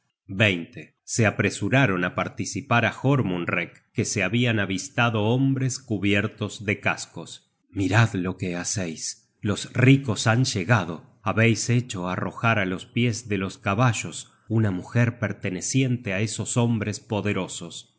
bocina se apresuraron á participar á jormunrek que se habian avistado hombres cubiertos de cascos mirad lo que haceis los ricos han llegado habeis hecho arrojar á los pies de los caballos una mujer perteneciente á esos hombres poderosos